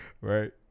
Right